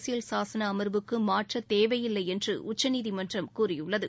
அரசியல் சாசன அமா்வுக்கு மாற்ற தேவையில்லை என்று உச்சநீதிமன்றம் கூறியுள்ளது